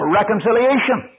reconciliation